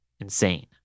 insane